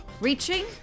Reaching